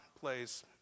plays